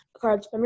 cards